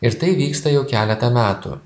ir tai vyksta jau keletą metų